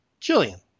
Jillian